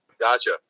Gotcha